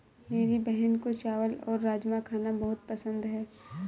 मेरी बहन को चावल और राजमा खाना बहुत पसंद है